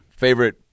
Favorite